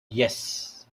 yes